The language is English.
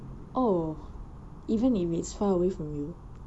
oh even if it's far away from you